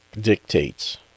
dictates